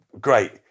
great